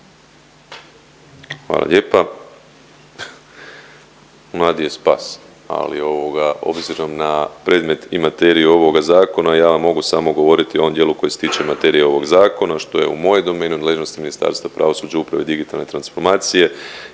Hvala lijepa. U nadi je spas, ali ovoga obzirom na predmet i materiju ovoga zakona ja vam mogu samo govoriti o ovom dijelu koji se tiče materije ovog zakona, što je u mojoj domeni i nadležnosti Ministarstva pravosuđa, uprave i digitalne transformacije